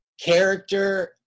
character